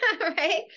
right